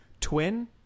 twin